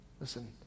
Listen